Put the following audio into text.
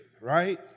right